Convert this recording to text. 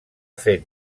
fet